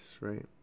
right